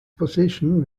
position